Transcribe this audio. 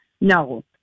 No